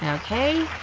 and okay.